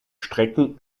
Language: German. strecken